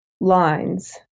lines